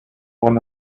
one